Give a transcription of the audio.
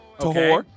Okay